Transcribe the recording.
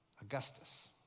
Augustus